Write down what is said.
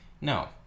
No